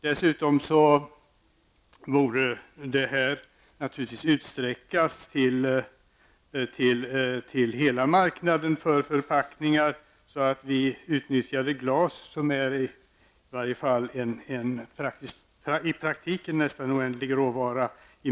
Detta borde dessutom utsträckas till hela marknaden för förpackningar, så att vi i mycket större utsträckning utnyttjade glas, som i varje fall i praktiken är en nästan oändlig råvara.